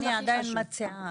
אבל אני עדיין מציעה,